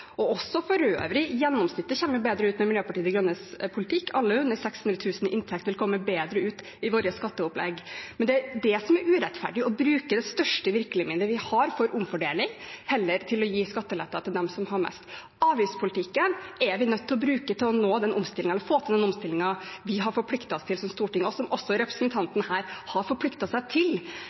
for øvrig også gjennomsnittet – kommer bedre ut med Miljøpartiet De Grønnes politikk. Alle med under 600 000 kr i inntekt vil komme bedre ut med vårt skatteopplegg. Det urettferdige er heller å bruke det største virkemidlet vi har til omfordeling, og til å gi skatteletter til dem som har mest. Avgiftspolitikken er vi nødt til å bruke for å få til omstillingen som vi har forpliktet oss til i Stortinget, og som representanten har forpliktet seg til.